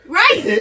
right